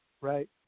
right